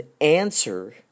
answer